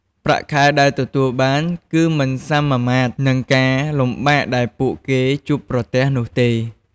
ប្រាក់ខែដែលទទួលបាន គឺមិនសមាមាត្រនឹងការលំបាកដែលពួកគេជួបប្រទះនោះទេ។